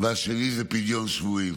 והשני זה פדיון שבויים.